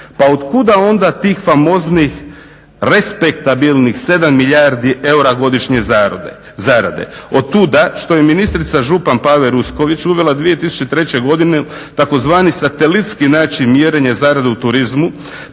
Pa otkuda onda tih famoznih respektabilnih 7 milijardi godišnje zarade, otuda što je ministrica Župan Pave Rusković uvela 2003. godine tzv. satelitski način mjerenja zaradu u turizmu